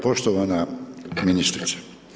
Poštovana ministrice.